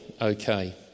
okay